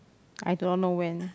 I don't know when